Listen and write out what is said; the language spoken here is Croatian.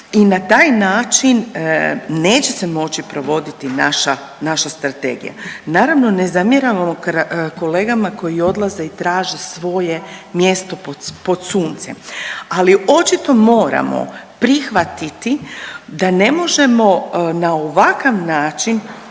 i na taj način neće se moći provoditi naša, naša strategija. Naravno ne zamjeramo kolegama koji odlaze i traže svoje mjesto pod suncem, ali očito moramo prihvatiti da ne možemo na ovakav način